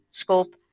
Scope